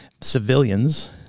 civilians